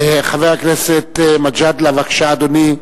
חבר הכנסת מג'אדלה, בבקשה, אדוני.